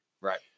Right